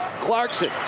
Clarkson